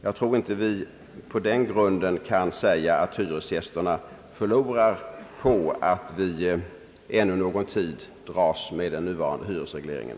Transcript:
Jag tror inte man på den grunden kan säga, att hyresgästerna förlorar på att vi ännu någon tid dras med den nuvarande hyresregleringen.